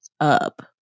up